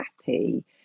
happy